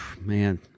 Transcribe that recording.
man